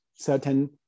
certain